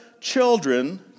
children